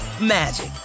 magic